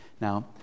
Now